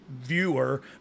viewer